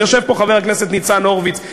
יושב פה חבר הכנסת ניצן הורוביץ,